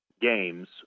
games